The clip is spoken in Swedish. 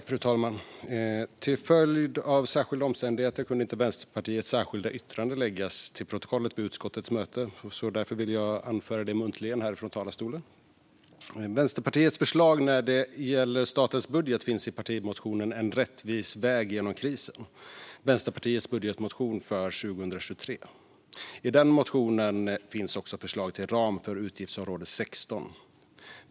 Fru talman! Till följd av särskilda omständigheter kunde inte Vänsterpartiets särskilda yttrande föras till protokollet vid utskottets möte. Därför vill jag anföra det muntligen här från talarstolen. Vänsterpartiets förslag när det gäller statens budget finns i partimotionen En rättvis väg genom krisen - Vänsterpartiets budgetmotion för 2023 . I den motionen finns också förslag till ram för utgiftsområde 16.